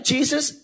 Jesus